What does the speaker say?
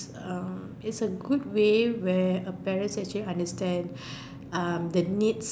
is a good way where a parent actually understand the needs